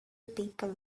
people